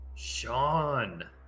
Sean